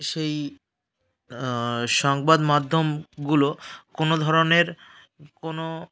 সেই সংবাদমাধ্যমগুলো কোনো ধরনের কোনো